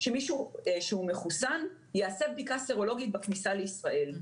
שמישהו שמחוסן יעשה בדיקה סרולוגית בכניסה לישראל.